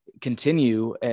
continue